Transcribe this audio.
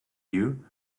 you